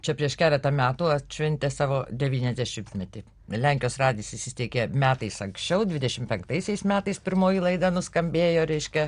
čia prieš keletą metų atšventė savo devyniasdešimtmetį lenkijos radijas įsisteigė metais anksčiau dvidešim penktaisiais metais pirmoji laida nuskambėjo reiškia